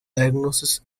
diagnosis